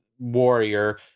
warrior